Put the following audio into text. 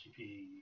GP